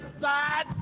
side